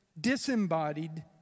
disembodied